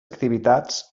activitats